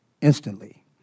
instantly